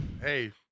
hey